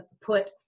put